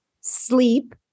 sleep